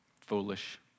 foolish